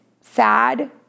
sad